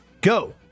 go